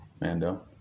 Mando